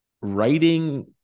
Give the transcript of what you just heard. writing